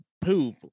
poop